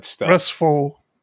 restful